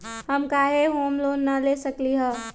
हम काहे home loan न ले सकली ह?